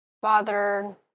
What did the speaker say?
father